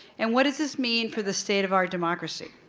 and what does this mean for the state of our democracy?